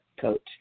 coach